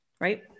right